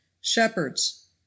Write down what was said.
Shepherds